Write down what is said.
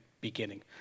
beginning